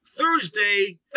Thursday